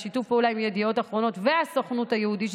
בשיתוף פעולה עם ידיעות אחרונות והסוכנות היהודית.